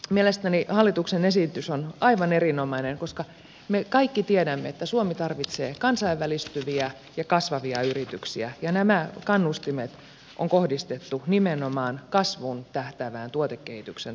mielestäni hallituksen esitys on aivan erinomainen koska me kaikki tiedämme että suomi tarvitsee kansainvälistyviä ja kasvavia yrityksiä ja nämä kannustimet on kohdistettu nimenomaan kasvuun tähtäävän tuotekehityksen tukemiseen